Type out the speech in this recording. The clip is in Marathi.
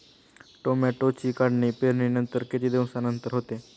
टोमॅटोची काढणी पेरणीनंतर किती दिवसांनंतर होते?